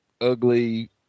ugly